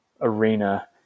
arena